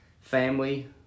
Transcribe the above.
family